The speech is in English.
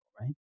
right